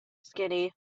skinny